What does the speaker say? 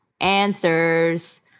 Answers